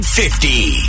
fifty